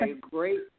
great